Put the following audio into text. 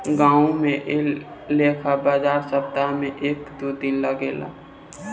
गांवो में ऐ लेखा बाजार सप्ताह में एक दू दिन लागेला